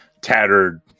tattered